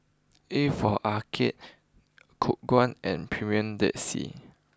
A for Arcade Khong Guan and Premier Dead Sea